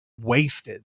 wasted